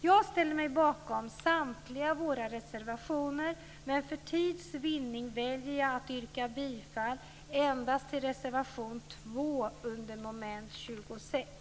Jag ställer mig bakom samtliga våra reservationer, men för tids vinnande väljer jag att yrka bifall endast till reservation 2 under mom. 26.